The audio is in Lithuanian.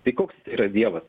tai koks tai yra dievas